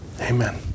Amen